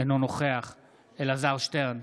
אינו נוכח אלעזר שטרן,